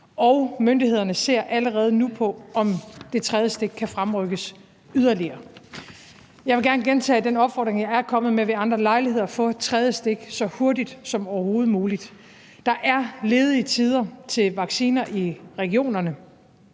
og myndighederne ser allerede nu på, om det tredje stik kan fremrykkes yderligere. Jeg vil gerne gentage den opfordring, jeg er kommet med ved andre lejligheder: Få tredje stik så hurtigt som overhovedet muligt. Der er ledige tider til vaccinationer i regionerne.